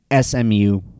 SMU